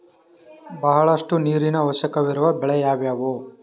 ಬಹಳಷ್ಟು ನೀರಿನ ಅವಶ್ಯಕವಿರುವ ಬೆಳೆ ಯಾವುವು?